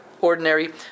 ordinary